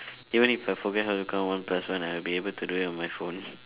even if I forget how to count one plus one I will be able to do it on my phone